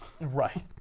Right